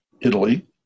Italy